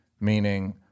meaning